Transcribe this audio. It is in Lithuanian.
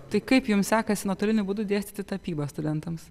tai kaip jums sekasi nuotoliniu būdu dėstyti tapybą studentams